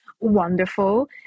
wonderful